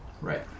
Right